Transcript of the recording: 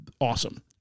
Awesome